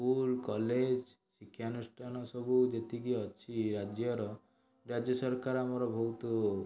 school college ଶିକ୍ଷାନୁଷ୍ଠାନ ସବୁ ଯେତିକି ଅଛି ରାଜ୍ୟର ରାଜ୍ୟ ସରକାର ଆମର ବହୁତ